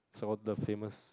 it's all the famous